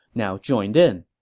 now joined in